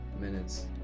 minutes